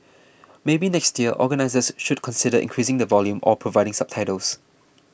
maybe next year organisers should consider increasing the volume or providing subtitles